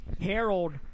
Harold